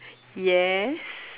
yes